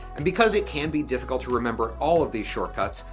and because it can be difficult to remember all of these shortcuts,